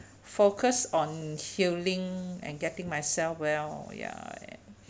focus on healing and getting myself well ya